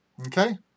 Okay